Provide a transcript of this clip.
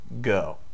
Go